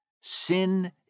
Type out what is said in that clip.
Sin